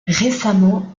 récemment